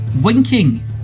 Winking